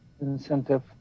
incentive